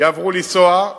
יעברו לנסוע,